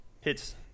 hits